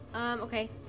Okay